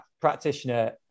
practitioner